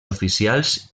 oficials